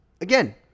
again